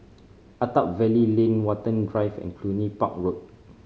Attap Valley Lane Watten Drive and Cluny Park Road